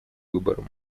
выбором